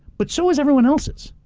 but so has everyone else's.